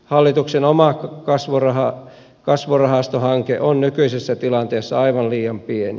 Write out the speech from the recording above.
hallituksen oma kasvurahastohanke on nykyisessä tilanteessa aivan liian pieni